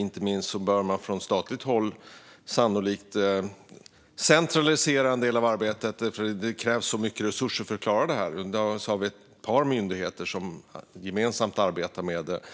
Inte minst behöver man från statligt håll sannolikt centralisera en del av arbetet eftersom det krävs så mycket resurser för att klara det här. I dag har vi ett par myndigheter som gemensamt arbetar med detta,